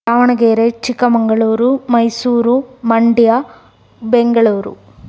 Davanagere Chikkamagaluru Mysuru Mandya Bengaluru